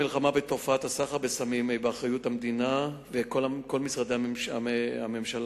המלחמה בתופעת הסחר בסמים היא באחריות המדינה וכל משרדי הממשלה,